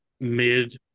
mid